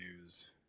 news